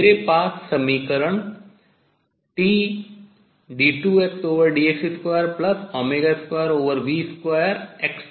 मेरे पास समीकरण Td2Xdx22v2XT0 है